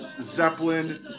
Zeppelin